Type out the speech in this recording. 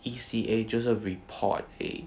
E_C_A 就是 report eh